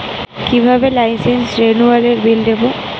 কিভাবে লাইসেন্স রেনুয়ালের বিল দেবো?